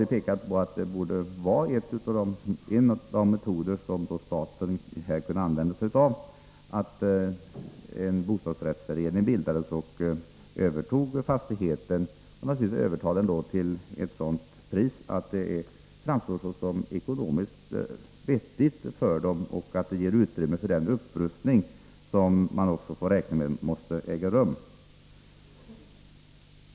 Vi har pekat på att en av de metoder som staten skulle kunna tillämpa är att en bostadsrättsförening bildas och övertar fastigheten, naturligtvis till ett sådant pris att det framstår såsom ekonomiskt vettigt och att utrymme ges för den upprustning som man även måste räkna med som nödvändig.